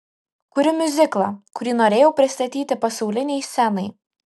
kuriu miuziklą kurį norėjau pristatyti pasaulinei scenai